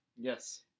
Yes